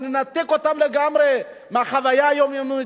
לא לנתק אותם לגמרי מהחוויה היומיומית.